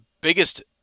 biggest